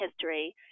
history